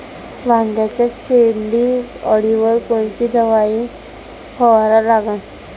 वांग्याच्या शेंडी अळीवर कोनची दवाई फवारा लागन?